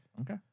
Okay